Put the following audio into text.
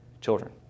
children